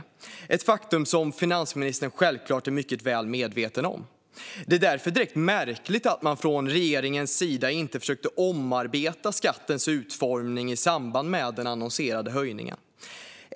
Detta är ett faktum som finansministern självklart är mycket väl medveten om. Det är därför direkt märkligt att man från regeringens sida inte försökte omarbeta skattens utformning i samband med den annonserade höjningen.